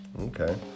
Okay